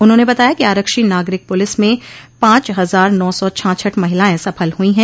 उन्होंने बताया कि आरक्षी नागरिक पुलिस में पांच हजार नौ सौ छाछठ महिलाएं सफल हुई है